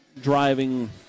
driving